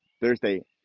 Thursday